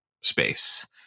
space